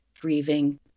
grieving